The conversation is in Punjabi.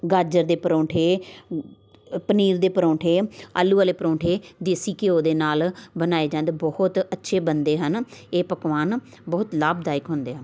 ਗਾਜਰ ਦੇ ਪਰੌਂਠੇ ਅ ਪਨੀਰ ਦੇ ਪਰੌਂਠੇ ਆਲੂ ਵਾਲੇ ਪਰੌਂਠੇ ਦੇਸੀ ਘਿਓ ਦੇ ਨਾਲ ਬਣਾਏ ਜਾਂਦੇ ਬਹੁਤ ਅੱਛੇ ਬਣਦੇ ਹਨ ਇਹ ਪਕਵਾਨ ਬਹੁਤ ਲਾਭਦਾਇਕ ਹੁੰਦੇ ਹਨ